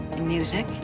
Music